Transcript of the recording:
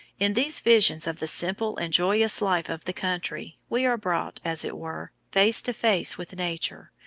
in these visions of the simple and joyous life of the country, we are brought, as it were, face to face with nature,